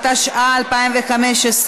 התשע"ה 2015,